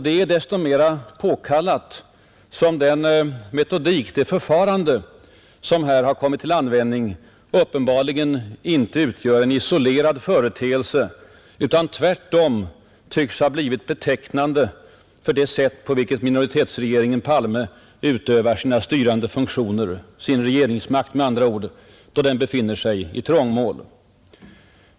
Detta är desto mera påkallat som den metodik och det förfarande som här har kommit till användning uppenbarligen inte utgör en isolerad företeelse utan tvärtom tycks ha blivit betecknande för det sätt på vilket minoritetsregeringen Palme utövar sina styrande funktioner — sin regeringsmakt med andra ord — då den befinner sig i trångmål.